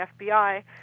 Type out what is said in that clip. FBI